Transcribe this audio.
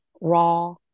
raw